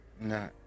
No